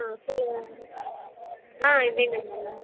ஆ சொல்லுங்கள் ஆ இதே நம்பர் தான்